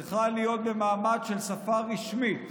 צריכה להיות במעמד של שפה רשמית.